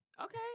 Okay